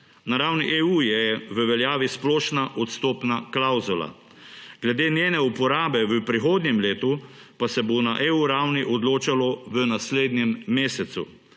Na ravni EU je v veljavi splošna odstopna klavzula, glede njene uporabe v prihodnjem letu pa se bo na ravni EU odločalo v naslednjem mesecu.